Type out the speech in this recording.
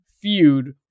feud